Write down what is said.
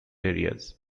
areas